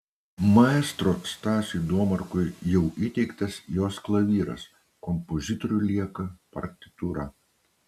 maestro stasiui domarkui jau įteiktas jos klavyras kompozitoriui lieka partitūra